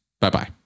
Bye-bye